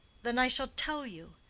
then i shall tell you.